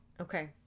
Okay